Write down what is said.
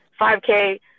5K